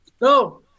no